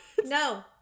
No